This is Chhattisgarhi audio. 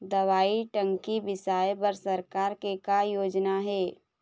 दवई टंकी बिसाए बर सरकार के का योजना हे?